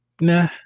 Nah